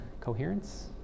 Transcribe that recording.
coherence